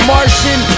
Martian